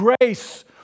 grace